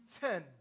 ten